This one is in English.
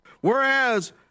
Whereas